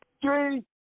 Three